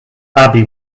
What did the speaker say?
abbey